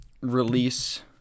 release